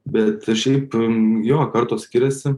bet šiaip jo kartos skiriasi